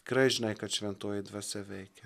tikrai žinai kad šventoji dvasia veikia